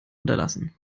unterlassen